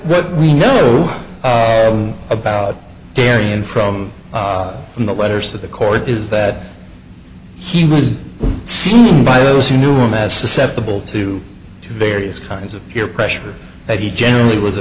well we know about darien from from the letters to the court is that he was seen by those who knew him as susceptible to various kinds of peer pressure that he generally was a